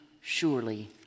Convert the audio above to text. surely